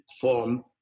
form